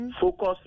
focus